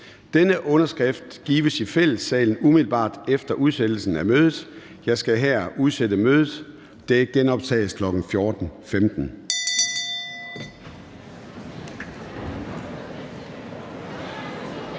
Denne underskrift gives i Fællessalen umiddelbart efter udsættelsen af mødet. Jeg skal her udsætte mødet. Det genoptages i dag kl. 14.15.